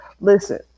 Listen